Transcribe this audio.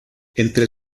entre